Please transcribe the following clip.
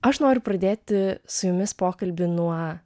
aš noriu pradėti su jumis pokalbį nuo